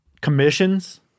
commissions